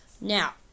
Now